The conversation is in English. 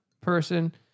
person